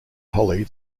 holly